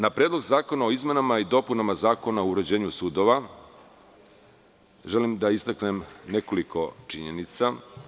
Na Predlog zakona o izmenama i dopunama Zakona o uređenju sudova želim da istaknem nekoliko činjenica.